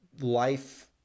life